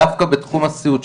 דווקא בתחום הסיעוד,